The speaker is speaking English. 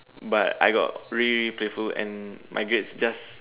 but I got really playful and my grades just